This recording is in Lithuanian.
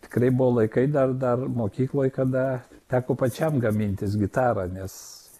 tikrai buvo laikai dar dar mokykloj kada teko pačiam gamintis gitarą nes